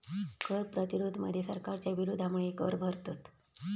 कर प्रतिरोध मध्ये सरकारच्या विरोधामुळे कर भरतत